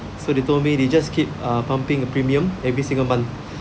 so they told me they just keep um pumping a premium every single month